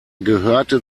gehörte